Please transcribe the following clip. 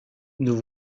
nous